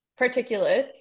particulates